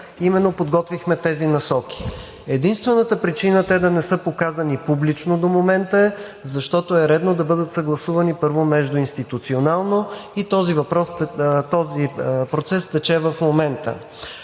именно подготвихме тези насоки. Единствената причина те да не са показани публично до момента е, защото е редно да бъдат съгласувани първо междуинституционално и този процес тече в момента.